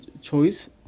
choice